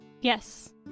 Yes